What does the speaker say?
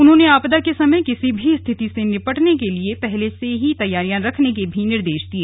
उन्होंने आपदा के समय किसी भी स्थिति से निपटने के लिए पहले से ही तैयारियां रखने के निर्देश दिए